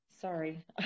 Sorry